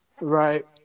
Right